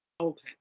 Okay